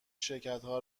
شرکتها